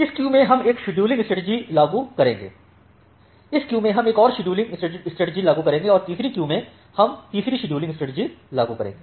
इस क्यू में हम एक शेड्यूलिंग स्ट्रेटेजी लागू करेंगे इस क्यू में हम एक और शेड्यूलिंगस्ट्रेटेजी लागू करेंगे और तीसरी क्यू में हम तीसरी शेड्यूलिंगस्ट्रेटेजी लागू कर सकते हैं